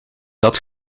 dat